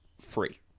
Free